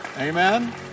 Amen